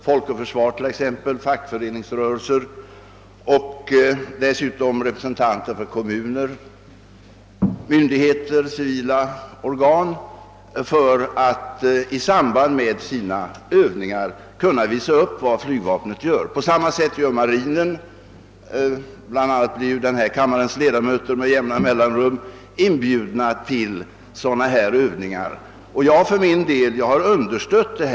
Folk och försvar, och fackföreningsrörelsen samt dessutom representanter för kommuner, andra myndigheter och civila organ för att man i samband med övningarna skall kunna visa upp vad flygvapnet gör. Detsamma gäller marinen. Bland andra blir ju denna kamma res ledamöter med jämna mellanrum inbjudna till sådana övningar, och för min del har jag understött detta.